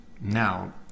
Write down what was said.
now